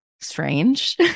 strange